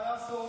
מה לעשות?